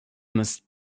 must